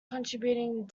contributing